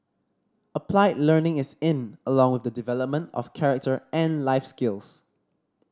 applied learning is in along with the development of character and life skills